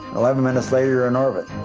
eleven minutes later you're in orbit.